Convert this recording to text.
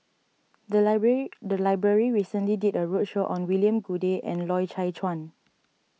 the library the library recently did a roadshow on William Goode and Loy Chye Chuan